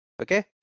Okay